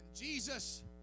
Jesus